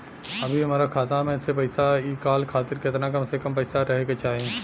अभीहमरा खाता मे से पैसा इ कॉल खातिर केतना कम से कम पैसा रहे के चाही?